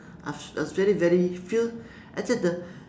I was I was very very feel actually the